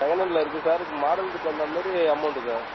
சகெண்ட்ண்டில் இருக்குது சார் மாடலுக்கு தகுந்த மாதிரி அமௌவுண்டு சார்